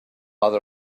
other